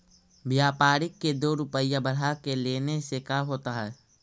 व्यापारिक के दो रूपया बढ़ा के लेने से का होता है?